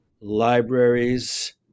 libraries